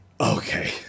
Okay